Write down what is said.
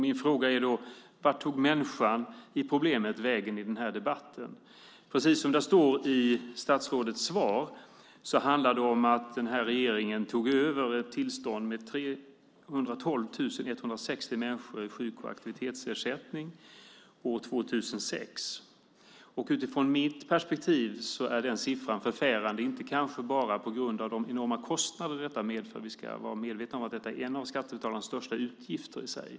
Min fråga är: Vart tog människan vägen i den här debatten? Precis som det står i statsrådets svar handlar det om att den här regeringen tog över ett tillstånd med 312 160 människor i sjuk och aktivitetsersättning år 2006. Utifrån mitt perspektiv är den siffran förfärande, inte kanske bara på grund av de enorma kostnader som detta medför. Vi ska vara medvetna att detta är en av skattebetalarnas största utgifter i Sverige.